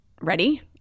ready